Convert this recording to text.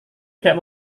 tidak